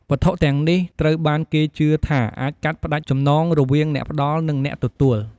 វត្ថុទាំងនេះត្រូវបានគេជឿថាអាចកាត់ផ្តាច់ចំណងរវាងអ្នកផ្តល់ និងអ្នកទទួល។